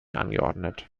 angeordnet